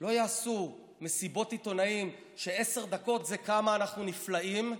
ולא יעשו מסיבות עיתונאים שבהן עשר דקות זה: כמה אנחנו נפלאים,